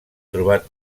trobat